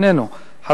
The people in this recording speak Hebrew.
איננו,